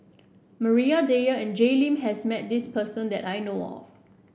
Maria Dyer and Jay Lim has met this person that I know of